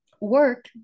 work